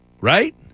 Right